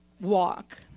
walk